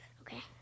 Okay